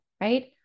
right